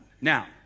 Now